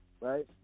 right